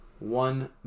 One